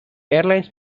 airlines